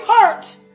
hurt